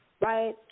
right